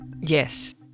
Yes